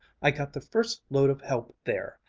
i got the first load of help there!